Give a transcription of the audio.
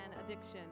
Addiction